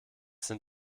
sind